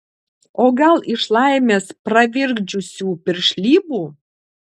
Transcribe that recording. o gal iš laimės pravirkdžiusių piršlybų